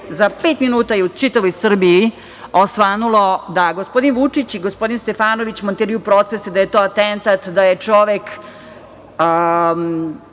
za pet minuta u čitavoj Srbiji je osvanulo da gospodin Vučić i gospodin Stefanović montiraju procese, da je to atentat, da je čovek